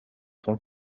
тун